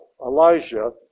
Elijah